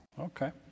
Okay